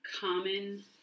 common